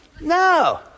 No